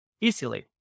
easily